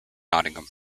nottingham